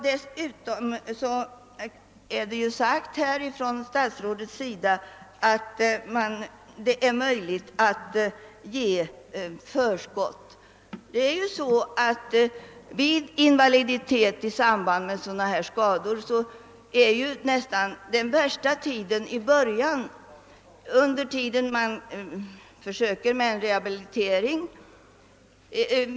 Dessutom har statsrådet framhållit att det är möjligt att betala förskott. Vid invaliditet i sådana här fall är det som regel värst i början under rehabiliteringstiden.